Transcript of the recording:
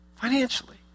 financially